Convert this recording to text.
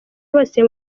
bose